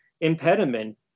impediment